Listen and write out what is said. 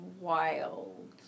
wild